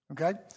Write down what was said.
okay